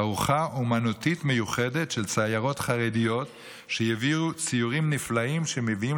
תערוכה אומנותית מיוחדת של ציירות חרדיות שהביאו ציורים נפלאים שמביאים